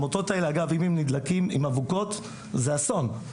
המוטות האלה אגב אם הם נדלקים באבוקות זה אסון.